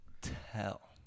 tell